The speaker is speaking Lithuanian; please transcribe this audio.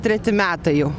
treti metai jau